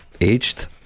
aged